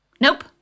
Nope